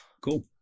cool